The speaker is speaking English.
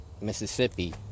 Mississippi